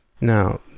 Now